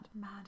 Mad